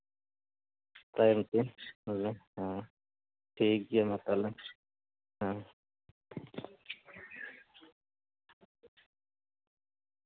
ᱛᱟᱭᱚᱢ ᱛᱮ ᱯᱷᱳᱱ ᱢᱮ ᱦᱮᱸ ᱴᱷᱤᱠᱜᱮᱭᱟ ᱢᱟ ᱛᱟᱦᱞᱮ ᱦᱮᱸ